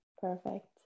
perfect